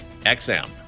XM